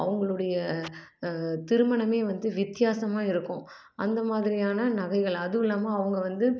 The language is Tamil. அவங்களுடைய திருமணமே வந்து வித்தியாசமாக இருக்கும் அந்த மாதிரியான நகைகள் அதுவும் இல்லாமல் அவங்க வந்து